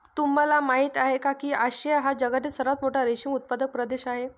तुम्हाला माहिती आहे का की आशिया हा जगातील सर्वात मोठा रेशीम उत्पादक प्रदेश आहे